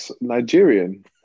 Nigerian